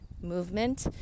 movement